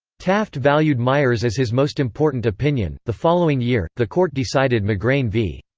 taft valued myers as his most important opinion the following year, the court decided mcgrain v.